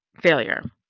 failure